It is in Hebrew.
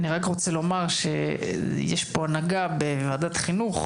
רק רוצה לומר שיש פה הנהגה בוועדת חינוך,